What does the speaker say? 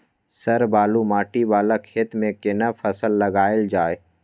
Sir बालू माटी वाला खेत में केना फसल लगायल जाय?